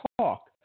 talk